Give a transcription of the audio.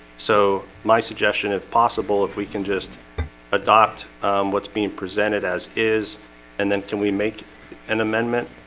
so my suggestion if possible if we can just adopt what's being presented as is and then can we make an amendment?